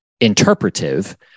interpretive